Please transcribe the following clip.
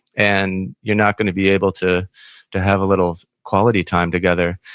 and you're not going to be able to to have a little quality time together.